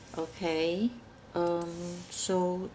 okay um so